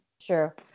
Sure